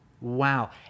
wow